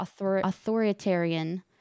authoritarian